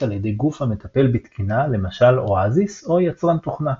על ידי גוף המטפל בתקינה למשל OASIS או יצרן תוכנה.